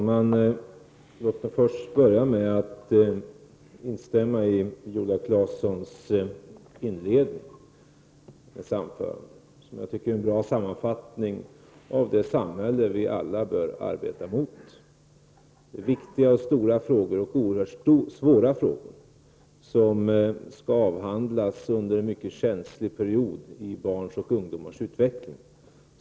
Herr talman! Låt mig börja med att instämma i Viola Claessons inledning. Jag tycker att det är en bra sammanfattning av det samhälle som vi alla bör arbeta mot. Det är viktiga, oerhört stora och svåra frågor som skall avhandlas under en mycket känslig period av barns och ungdomars utveckling.